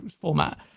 format